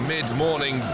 Mid-morning